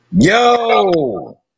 yo